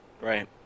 Right